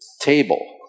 table